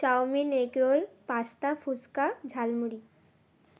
chowmein egg roll pasta phuchka jhalmuri